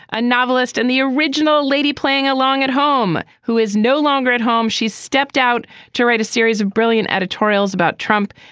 a novelist and the original lady playing along at home who is no longer at home. she's stepped out to write a series of brilliant editorials about trump,